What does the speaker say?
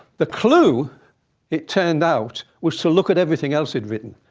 the clue it turned out was to look at everything else he'd written.